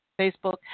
Facebook